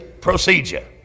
procedure